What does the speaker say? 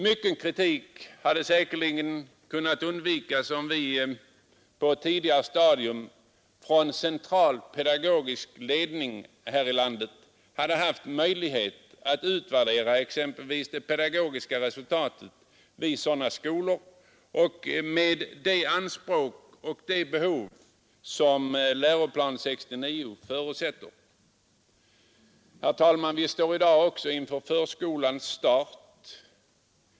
Mycken kritik hade säkerligen kunnat undvikas om vi på ett tidigare stadium genom central pedagogisk ledning här i landet hade haft möjlighet att utvärdera exempelvis det pedagogiska resultatet vid sådana skolor med utgångspunkt i de anspråk och behov som Lgr 69 förutsätter. Vi står, herr talman, i dag inför förskolans start.